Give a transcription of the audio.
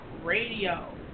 Radio